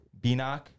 Binak